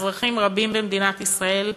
על אזרחים רבים במדינת ישראל.